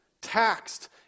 taxed